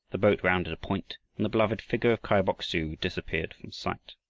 the boat rounded a point, and the beloved figure of kai bok-su disappeared from sight.